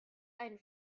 einen